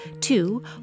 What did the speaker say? Two